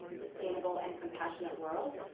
sustainable, and compassionate world.